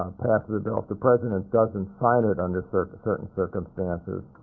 passes a bill, if the president doesn't sign it under certain certain circumstances,